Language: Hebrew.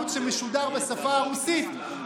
הערוץ שמשודר בשפה הרוסית,